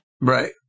Right